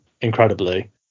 incredibly